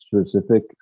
specific